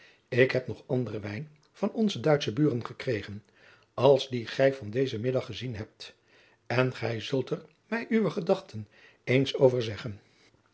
ik heb nog anderen wijn van onze duitsche buren gekregen als die gij van dezen middag gezien hebt en gij zult er mij uwe gedachten eens over zeggen